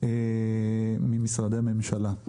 ממשרדי הממשלה.